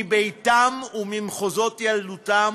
מביתם וממחוזות ילדותם,